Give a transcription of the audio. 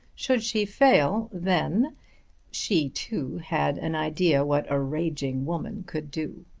should she fail, then she, too, had an idea what a raging woman could do.